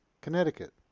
Connecticut